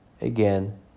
Again